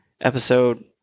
episode